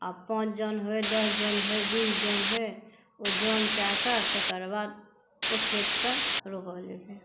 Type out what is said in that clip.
अपन जौन होइ दश जौन होइ बीस जौन होइ ओ जौन कए कऽ तेकर बाद ओ खेतके रोपल जेतै